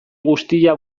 guztia